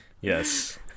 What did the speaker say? yes